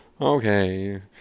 okay